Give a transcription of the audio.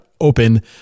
open